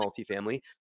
multifamily